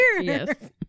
Yes